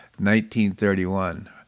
1931